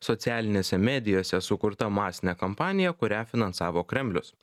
socialinėse medijose sukurta masine kampanija kurią finansavo kremlius